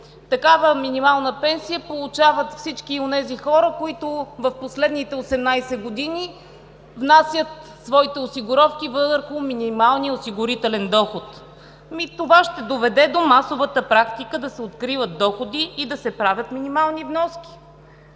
Такава минимална пенсия получават всички онези хора, които в последните 18 години внасят своите осигуровки върху минималния осигурителен доход. Ами това ще доведе до масовата практика да се укриват доходи и да се правят минимални вноски.